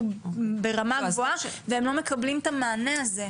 ברמה גבוהה והם לא מקבלים את המענה הזה.